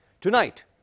Tonight